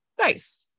Nice